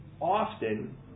often